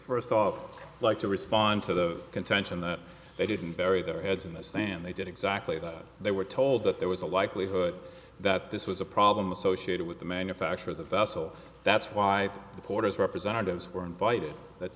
first off like to respond to the contention that they didn't bury their heads in the sand they did exactly that they were told that there was a likelihood that this was a problem associated with the manufacture of the vessel that's why the porters representatives were invited that